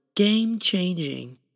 game-changing